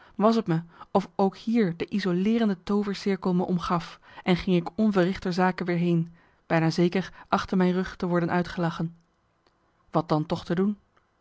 was t me of ook hier de isoleerende toovercirkel me omgaf en ging ik onverrichterzake weer heen bijna zeker achter mijn rug te worden uitgelachen marcellus emants een nagelaten bekentenis wat dan toch te doen